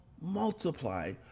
multiply